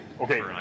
okay